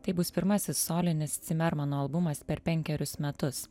tai bus pirmasis solinis cimermano albumas per penkerius metus